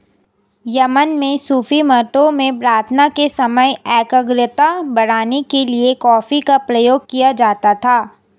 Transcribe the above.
Yemen में सूफी मठों में प्रार्थना के समय एकाग्रता बढ़ाने के लिए कॉफी का प्रयोग किया जाता था